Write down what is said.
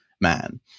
man